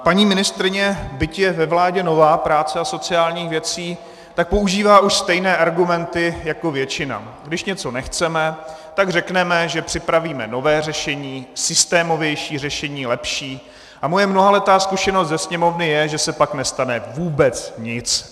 Paní ministryně, byť je ve vládě nová, práce a sociálních věcí, používá už stejné argumenty jako většina: když něco nechceme, tak řekneme, že připravíme nové řešení, systémovější řešení, lepší a moje mnohaletá zkušenost ze Sněmovny je, že se pak nestane vůbec nic.